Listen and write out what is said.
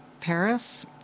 Paris